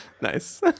Nice